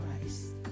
christ